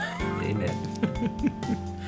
Amen